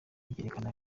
byerekana